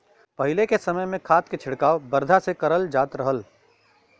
पहिले के समय में खाद के छिड़काव बरधा से करल जात रहल